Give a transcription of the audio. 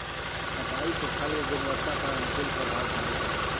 छंटाई से फल के गुणवत्ता पर अनुकूल प्रभाव पड़ो हइ